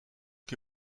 que